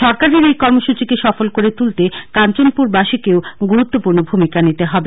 সরকারের এই কর্মসূচিকে সফল করে তুলতে কাঞ্চনপুরবাসীকেও গুরুত্বপূর্ণ ভূমিকা নিতে হবে